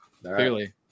clearly